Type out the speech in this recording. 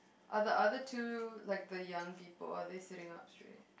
are the other two like the young people are they sitting up straight